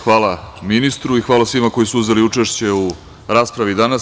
Hvala ministru i hvala svima koji su uzeli učešće u raspravi danas.